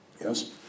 Yes